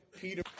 Peter